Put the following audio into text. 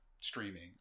streaming